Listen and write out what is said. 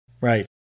right